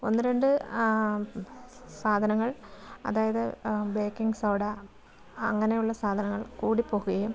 ഒന്ന് രണ്ട് സാധനങ്ങൾ അതായത് ബേക്കിംഗ് സോഡ അങ്ങനെയുള്ള സാധനങ്ങൾ കൂടിപ്പോവുകയും